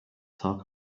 talk